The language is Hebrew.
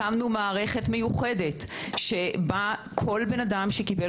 הקמנו מערכת מיוחדת שבה כל בן אדם שקיבל